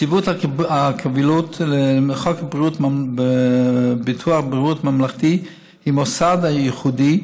נציבות הקבילות לחוק ביטוח בריאות ממלכתי היא מוסד ייחודי,